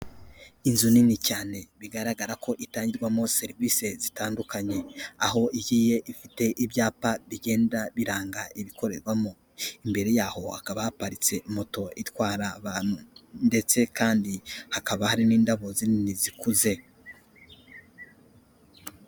Inzu nini cyane bigaragara ko itangirwamo serivisi zitandukanye, aho ihiye ifite ibyapa bigenda biranga ibikorerwamo, imbere yaho hakaba haparitse moto itwara abantu ndetse kandi hakaba hari n'indabo zinini zikuze.